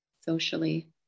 socially